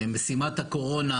משימת הקורונה,